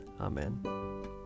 Amen